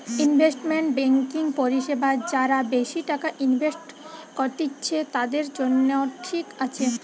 investment banking পরিষেবা যারা বেশি টাকা ইনভেস্ট করত্তিছে, তাদের জন্য ঠিক আছে